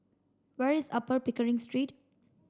where is Upper Pickering Street